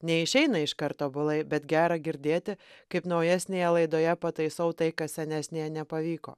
neišeina iškart tobulai bet gera girdėti kaip naujesnėje laidoje pataisau tai kas senesnėje nepavyko